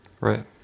Right